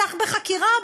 פתח בחקירה,